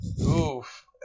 Oof